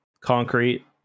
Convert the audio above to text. concrete